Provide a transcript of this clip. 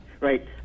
Right